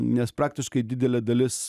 nes praktiškai didelė dalis